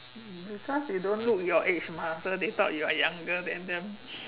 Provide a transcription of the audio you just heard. because you don't look your age mah so they thought you younger than them